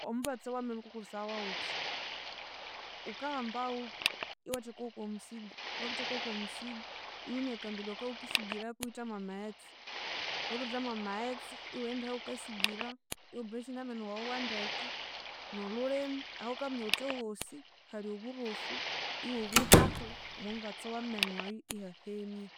Omubatsi wa menu wukakolesaya wawutya, wukahambawu iwatheka wokwamusigu wabitheka wokwamusigu, iwimya akambido akawukisigiraku iwutha mwamaghetse wabiryutha mwamaghetse iwaghenda ahawukasigira iwabrushinga amenu wawu wandeke nolhulhimi, ahawukaminya wuthi halyo oburofu iwabwihahu omwamubatsi wamenu oyo ihahenia